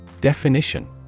Definition